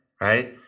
right